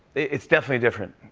it's definitely different.